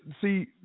see